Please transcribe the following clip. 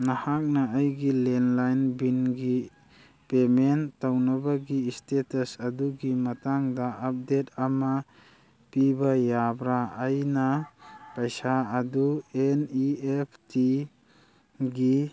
ꯅꯍꯥꯛꯅ ꯑꯩꯒꯤ ꯂꯦꯟꯂꯥꯏꯟ ꯕꯤꯟꯒꯤ ꯄꯦꯃꯦꯟ ꯇꯧꯅꯕꯒꯤ ꯏꯁꯇꯦꯇꯁ ꯑꯗꯨꯒꯤ ꯃꯇꯥꯡꯗ ꯑꯞꯗꯦꯠ ꯑꯃ ꯄꯤꯕ ꯌꯥꯕ꯭ꯔꯥ ꯑꯩꯅ ꯄꯩꯁꯥ ꯑꯗꯨ ꯑꯦꯟ ꯏꯤ ꯑꯦꯐ ꯇꯤꯒꯤ